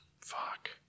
fuck